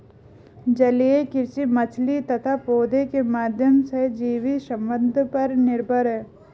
जलीय कृषि मछली तथा पौधों के माध्यम सहजीवी संबंध पर निर्भर है